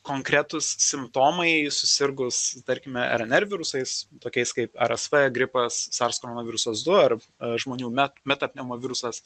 konkretūs simptomai susirgus tarkime rnr virusais tokiais kaip rsv gripas sars koronavirusas du ar žmonių me meta pneumo virusas